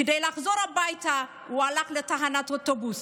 כדי לחזור הביתה הוא הלך לתחנת אוטובוס.